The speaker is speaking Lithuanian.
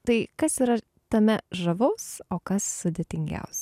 tai kas yra tame žavaus o kas sudėtingiausia